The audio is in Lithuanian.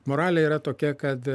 moralė yra tokia kad